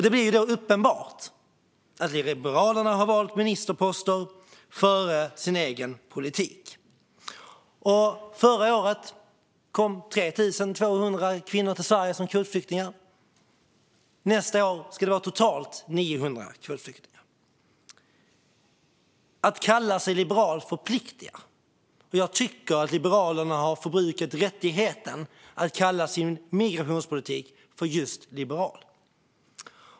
Det blir därmed uppenbart att Liberalerna har valt ministerposter före sin egen politik. Förra året kom 3 200 kvinnor till Sverige som kvotflyktingar, och nästa år ska det vara totalt 900 kvotflyktingar. Att kalla sig liberal förpliktar, och jag tycker att Liberalerna har förbrukat rätten att kalla sin migrationspolitik just liberal.